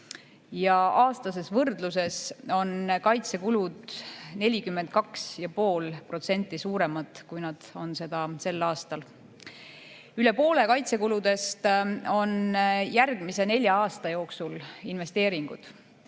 Aastases võrdluses on kaitsekulud 42,5% suuremad, kui nad on seda sel aastal. Üle poole kaitsekuludest on järgmise nelja aasta jooksul investeeringud.